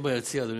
הדיבור